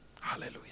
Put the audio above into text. Hallelujah